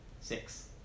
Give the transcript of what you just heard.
Six